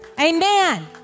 amen